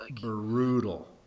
brutal